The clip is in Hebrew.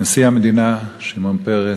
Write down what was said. נשיא המדינה שמעון פרס,